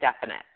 definite